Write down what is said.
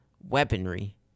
weaponry